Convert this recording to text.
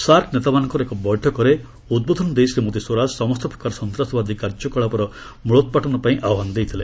SAARC ନେତାମାନଙ୍କର ଏକ ବୈଠକରେ ଉଦ୍ବୋଧନ ଦେଇ ଶ୍ରୀମତୀ ସ୍ୱରାଜ ସମସ୍ତ ପ୍ରକାର ସନ୍ତାସବାଦୀ କାର୍ଯ୍ୟକଳାପର ମୁଳୋତ୍ପାଟନପାଇଁ ଆହ୍ୱାନ ଦେଇଥିଲେ